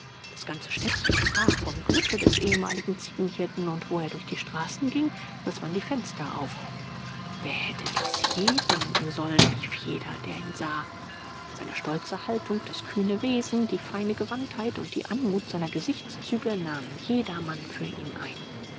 das ganze städtchen sprach vom glücke des ehemaligen ziegenhirten und wo er durch die straßen ging riß man die fenster auf wer hätte dies je denken sollen rief jeder der ihn sah seine stolze haltung das kühne wesen die feine gewandtheit und die anmut seiner gesichtszüge nahmen jedermann für ihn ein